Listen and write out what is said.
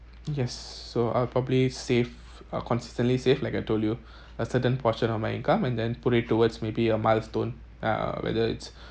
yes so I'll probably save uh consistently save like I told you a certain portion of my income and then put it towards maybe a milestone uh whether it's